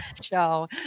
show